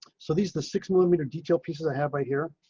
so these the six millimeter detail pieces i have, i hear